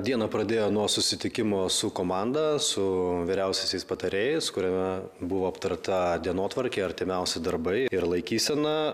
dieną pradėjo nuo susitikimo su komanda su vyriausiaisiais patarėjais kuriame buvo aptarta dienotvarkė artimiausi darbai ir laikysena